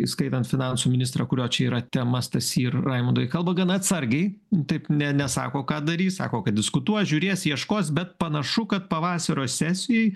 įskaitant finansų ministrą kurio čia yra tema stasy ir raimundai kalba gana atsargiai taip ne nesako ką darys sako kad diskutuos žiūrės ieškos bet panašu kad pavasario sesijoj